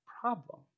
problem